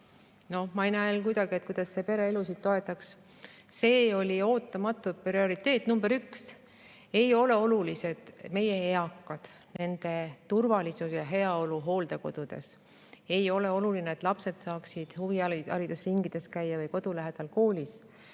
Ma ei näe, et see kuidagi peresid toetaks. See oli ootamatult prioriteet number üks. Ei ole olulised meie eakad, nende turvalisus ja heaolu hooldekodudes. Ei ole oluline, et lapsed saaksid käia huviringides või kodu lähedal koolis.